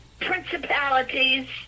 principalities